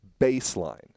Baseline